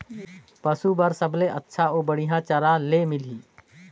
पशु बार सबले अच्छा अउ बढ़िया चारा ले मिलही?